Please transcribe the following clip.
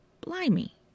blimey